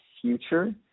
future